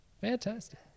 Fantastic